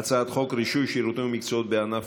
הצעת חוק רישוי שירותים ומקצועות בענף